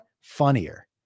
Funnier